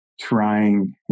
trying